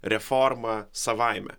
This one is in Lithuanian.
reforma savaime